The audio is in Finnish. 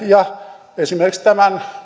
ja esimerkiksi tämän